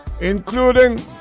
including